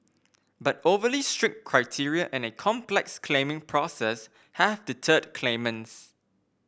but overly strict criteria and a complex claiming process have deterred claimants